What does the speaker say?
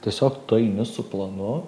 tiesiog tu eini su planu